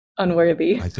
unworthy